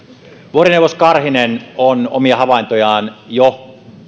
vuorineuvos karhinen on omia havaintojaan jo